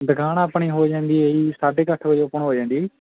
ਦੁਕਾਨ ਆਪਣੀ ਹੋ ਜਾਂਦੀ ਹੈ ਜੀ ਸਾਢੇ ਕੁ ਅੱਠ ਵਜੇ ਓਪਨ ਹੋ ਜਾਂਦੀ ਹੈ ਜੀ